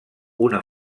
una